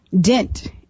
dent